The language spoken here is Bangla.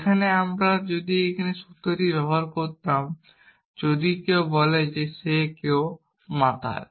যেখানে আমরা যদি এখানে সেই সূত্রটি ব্যবহার করতাম যদি কেউ বলে যে কেউ মাতাল